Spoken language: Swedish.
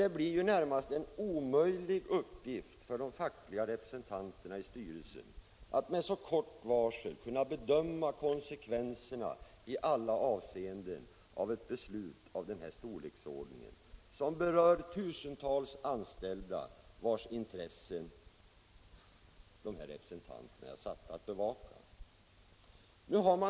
Det blir ju närmast en omöjlig uppgift för de fackliga representanterna i styrelsen att med så kort varsel bedöma konsekvenserna i alla avseenden av ett beslut av den här storleksordningen, som berör tusentals anställda vars intressen de som fackrepresentanter är satta att bevaka.